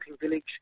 village